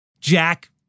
Jack